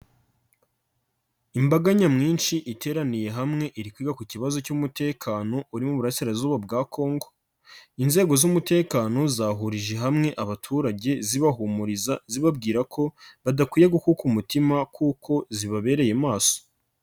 Imbaga nyamwinshi iteraniye hamwe iri kwigwa ku kibazo cy'umutekano uri mu burasirazuba bwa Kongo, inzego z'umutekano zahurije hamwe abaturage zibahumuriza, zibabwira ko badakwiye gukuka umutima kuko zibabereye maso.